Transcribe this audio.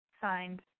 Signed